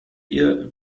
ihr